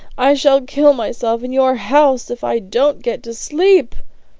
i shall kill myself in your house if i don't get to sleep!